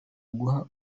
guha